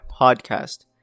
podcast